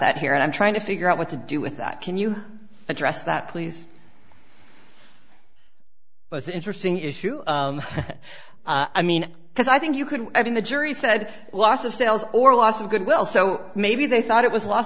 that here and i'm trying to figure out what to do with that can you address that please it's an interesting issue i mean because i think you could i mean the jury said loss of sales or loss of good will so maybe they thought it was